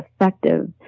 effective